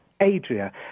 Adria